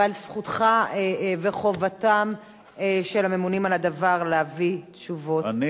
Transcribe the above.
אבל זכותך וחובתם של הממונים על הדבר להביא תשובות על השאלות.